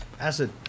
Acid